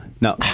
No